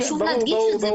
חשוב להדגיש את זה.